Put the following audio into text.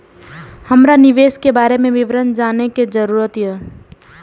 हमरा निवेश के बारे में विवरण जानय के जरुरत ये?